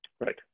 Right